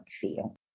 feel